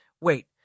wait